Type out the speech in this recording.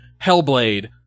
Hellblade